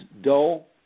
dull